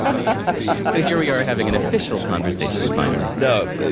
um so here we are, having an official conversation, finally. no,